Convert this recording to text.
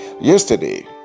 Yesterday